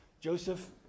Joseph